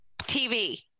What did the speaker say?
TV